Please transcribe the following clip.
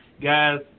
Guys